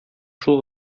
шул